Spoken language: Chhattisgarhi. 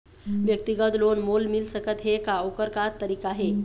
व्यक्तिगत लोन मोल मिल सकत हे का, ओकर का तरीका हे?